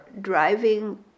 driving